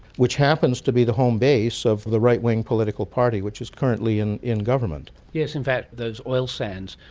which happens to be the home base of the right-wing political party which is currently in in government. yes, in fact those oil sands,